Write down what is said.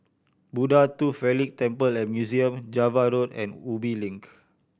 Buddha Tooth Relic Temple and Museum Java Road and Ubi Link